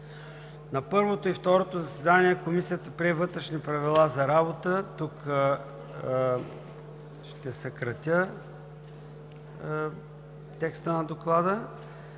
На първото и второто си заседание Комисията прие Вътрешни правила за работата.“ Тук ще съкратя текста на Доклада.